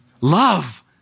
Love